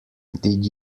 did